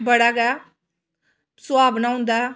बड़ा गै सुहावना होंदा ऐ